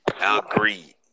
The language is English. Agreed